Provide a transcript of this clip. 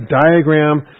diagram